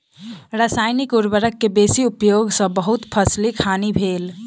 रसायनिक उर्वरक के बेसी उपयोग सॅ बहुत फसीलक हानि भेल